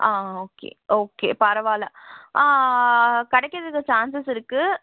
ஆ okay okay பரவால்ல கிடைக்கிறதுக்கு chances இருக்கு